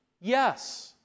yes